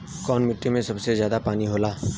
कौन मिट्टी मे सबसे ज्यादा पानी होला?